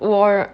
我